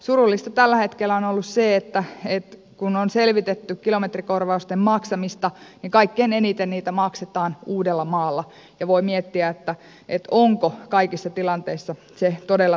surullista tällä hetkellä on ollut se että kun on selvitetty kilometrikorvausten maksamista kaikkein eniten niitä maksetaan uudellamaalla ja voi miettiä onko se kaikissa tilanteissa todella tarpeellista